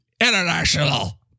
International